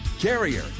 Carrier